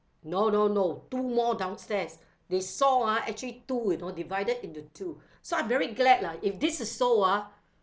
no no no two more downstairs they saw ah actually two you know divided into two so I'm very glad lah if this is so ah